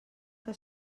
que